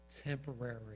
temporary